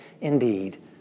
indeed